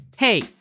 Hey